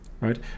right